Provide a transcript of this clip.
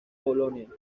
bolonia